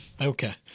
Okay